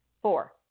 Four